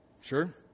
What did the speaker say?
Sure